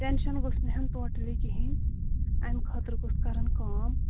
tension گوٚژھ نہٕ ہیٚون ٹوٹلی کِہیٖنۍ اَمہِ خٲطرٕ گوٚژھ کَرُن کٲم